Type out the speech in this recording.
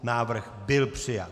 Návrh byl přijat.